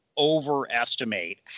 overestimate